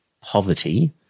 poverty